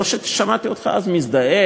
לא שמעתי אותך אז מזדעק,